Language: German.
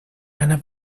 einer